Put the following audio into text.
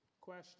question